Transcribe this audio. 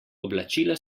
oblačila